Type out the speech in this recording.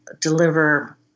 deliver